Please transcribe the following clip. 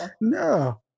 No